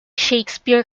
shakespeare